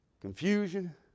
confusion